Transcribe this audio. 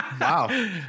Wow